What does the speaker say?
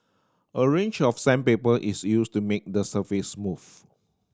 a range of sandpaper is used to make the surface smooth